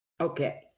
Okay